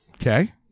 Okay